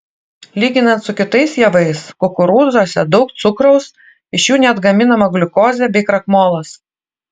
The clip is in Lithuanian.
lyginant su kitais javais kukurūzuose daug cukraus iš jų net gaminama gliukozė bei krakmolas